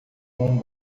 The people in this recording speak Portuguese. num